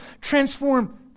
transform